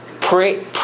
Pray